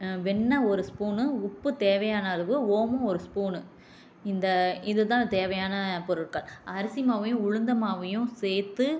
வெண்ணெய் ஒரு ஸ்பூனு உப்பு தேவையான அளவு ஓமம் ஒரு ஸ்பூனு இந்த இதுதான் தேவையான பொருட்கள் அரிசி மாவையும் உளுந்து மாவையும் சேர்த்து